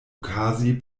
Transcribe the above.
okazi